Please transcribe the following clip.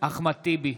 אחמד טיבי,